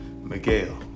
Miguel